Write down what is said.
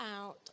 out